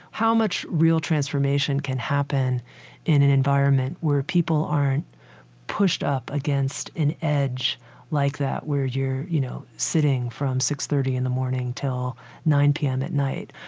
how much real transformation can happen in an environment where people aren't pushed up against an edge like that where you're, you know, sitting from six thirty in the morning till nine p m. at night?